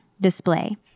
display